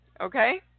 Okay